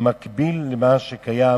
מקביל למה שקיים